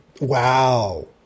Wow